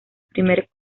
primer